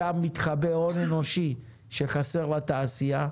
שם מתחבא הון אנושי שחסר לתעשייה,